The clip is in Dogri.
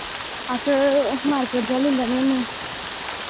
अस मार्केट चा ले लैने होन्ने